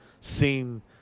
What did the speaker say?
seen